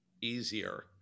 easier